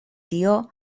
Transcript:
tió